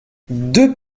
deux